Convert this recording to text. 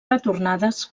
retornades